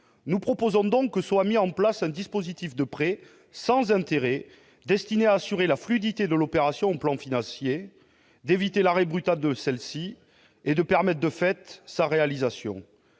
Nous proposons donc que soit mis en place un dispositif de prêt sans intérêt, destiné à assurer la fluidité de l'opération sur le plan financier, à éviter l'arrêt brutal de celle-ci et à permettre, de fait, sa réalisation.